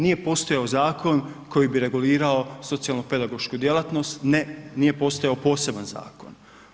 Nije postojao zakon koji bi regulirao socijalnopedagošku djelatnost, ne nije postojao poseban zakon.